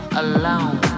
alone